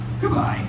Goodbye